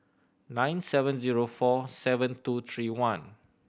nine seven zero four seven two three one